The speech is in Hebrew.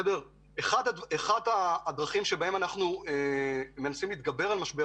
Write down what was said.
אחת הדרכים שבהן אנחנו מנסים להתגבר על משבר